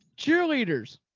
Cheerleaders